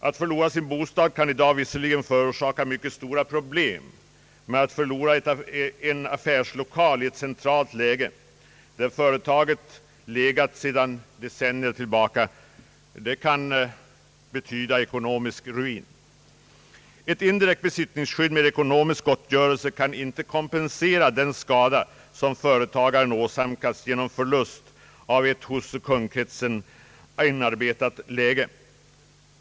Att förlora sin bostad kan i dag visserligen förorsaka mycket stora problem, men att förlora en affärslokal i ett centralt läge, där företaget drivit sin verksamhet sedan decennier tillbaka, kan betyda ekonomisk ruin. Ett indirekt besittningsskydd med ekonomisk gottgörelse kan inte kompensera den skada som åsamkas företagaren genom förlust av ett hos kundkretsen inarbetat läge.